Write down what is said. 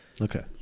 Okay